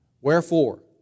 wherefore